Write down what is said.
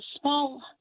small